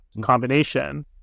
combination